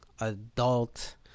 adult